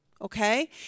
okay